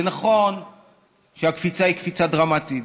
זה נכון שהקפיצה היא קפיצה דרמטית,